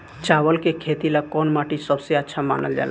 चावल के खेती ला कौन माटी सबसे अच्छा मानल जला?